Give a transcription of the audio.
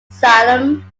salem